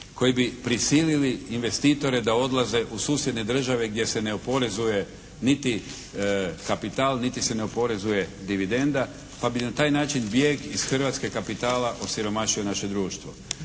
koji bi prisilili investitore da odlaze u susjedne države gdje se ne oporezuje niti kapital, niti se ne oporezuje dividenda, pa bi na taj način bijeg iz Hrvatske kapitala osiromašio naše društvo.